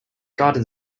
garden